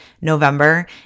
November